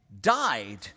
died